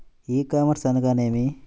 E commerce అనగా నేమి?